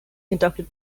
conducted